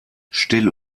still